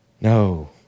no